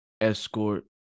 Escort